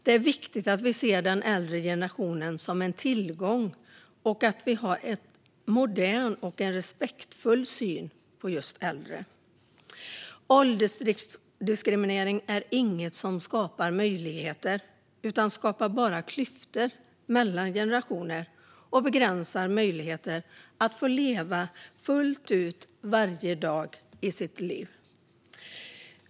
Det är viktigt att vi ser den äldre generationen som en tillgång och att vi har en modern och respektfull syn på äldre. Åldersdiskriminering är inget som skapar möjligheter, utan det skapar bara klyftor mellan generationer och begränsar människors möjligheter att leva fullt ut varje dag i sitt liv.